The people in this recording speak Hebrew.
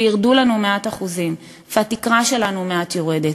וירדו לנו מעט אחוזים, והתקרה שלנו מעט יורדת,